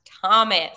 Thomas